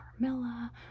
Carmilla